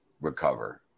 recover